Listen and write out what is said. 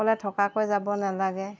অকলে থকাকৈ যাব নালাগে